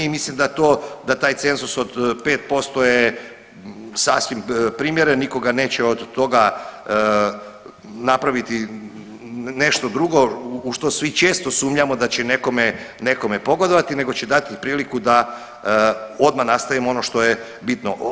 I mislim da taj cenzus od 5% je sasvim primjeren, nitko ga neće od toga napraviti nešto drugo u što svi često sumnjamo da će nekome pogodovati nego će dati priliku da odmah nastavimo ono što je bitno.